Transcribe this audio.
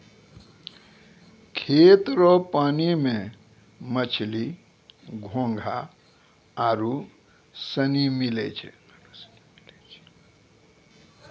खेत रो पानी मे मछली, घोंघा आरु सनी मिलै छै